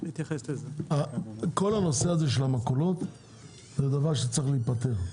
אבל כל הנושא הזה זה דבר שצריך להיפתר.